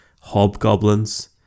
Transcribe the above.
hobgoblins